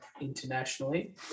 internationally